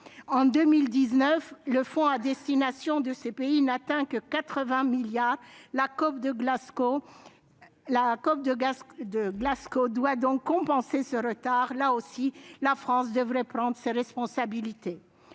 en 2019, le fonds à destination de ces pays n'atteignait que 80 milliards de dollars. La COP de Glasgow doit donc compenser ce retard. Là aussi, la France devrait prendre ses responsabilités.